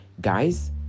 guys